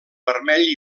vermell